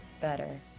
better